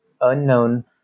unknown